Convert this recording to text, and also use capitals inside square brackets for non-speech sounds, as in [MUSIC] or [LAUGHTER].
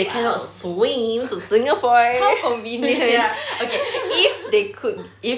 !wow! [LAUGHS] how convenient sia [LAUGHS]